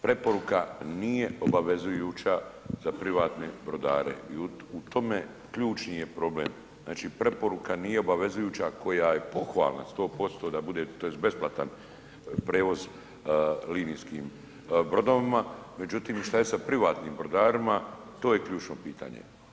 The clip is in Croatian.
Preporuka nije obavezujuća za privatne brodare i u tome ključni je problem, znači preporuka nije obavezujuća, koja je pohvalna 100% da bude tj. besplatan prijevoz linijskim brodovima, međutim šta je sa privatnim brodarima to je ključno pitanje.